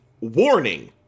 warning